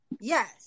Yes